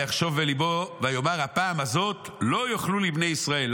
ויחשוב בליבו ויאמר: הפעם הזאת לא יוכלו לי בני ישראל".